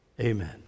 amen